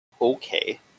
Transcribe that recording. okay